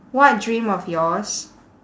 what dream of yours